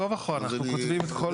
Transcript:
אנחנו כותבים את כל